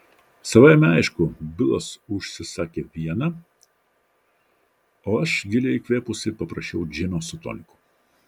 savaime aišku bilas užsisakė vieną o aš giliai įkvėpusi paprašiau džino su toniku